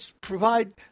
provide